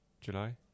july